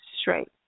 straight